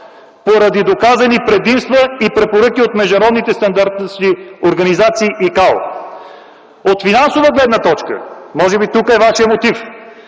поради доказани предимства и препоръки от международните стандартизиращи организации, ИКАО. От финансова гледна точка, може би тук е вашият мотив,